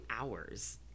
hours